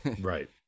Right